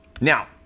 now